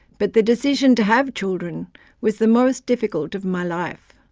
but the decision to have children was the most difficult of my life,